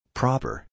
proper